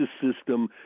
system